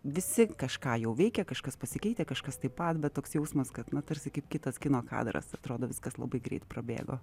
visi kažką jau veikia kažkas pasikeitę kažkas taip pat bet toks jausmas kad na tarsi kaip kitas kino kadras atrodo viskas labai greit prabėgo